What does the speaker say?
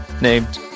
named